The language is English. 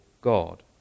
God